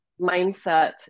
mindset